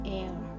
air